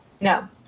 No